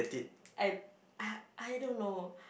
I ah I don't know